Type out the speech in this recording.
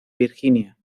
virginia